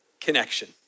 connection